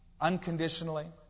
unconditionally